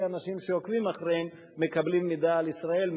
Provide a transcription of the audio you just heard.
אנשים שעוקבים אחריהם מקבלים מידע על ישראל,